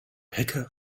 hecke